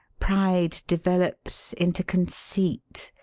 pride develops into con ceit.